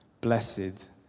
Blessed